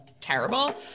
terrible